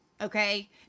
Okay